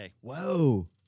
Whoa